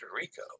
Rico